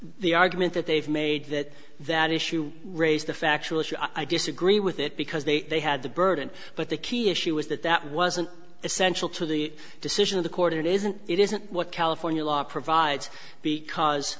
the argument that they've made that that issue raised the factual issue i disagree with it because they had the burden but the key issue was that that wasn't essential to the decision of the court isn't it isn't what california law provides because